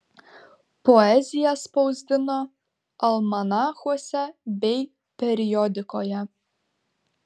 poeziją spausdino almanachuose bei periodikoje